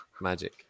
Magic